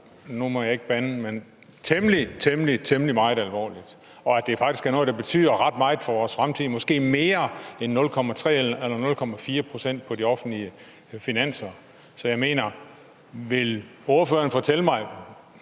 nu må jeg ikke bande – temmelig, temmelig meget alvorligt, og at det faktisk er noget, der betyder ret meget for vores fremtid, måske mere end 0,3 eller 0,4 pct. på de offentlige finanser. Så vil ordføreren fortælle mig